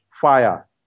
fire